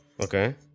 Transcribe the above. okay